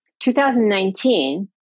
2019